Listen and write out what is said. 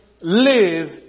live